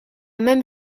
même